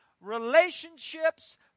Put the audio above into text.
relationships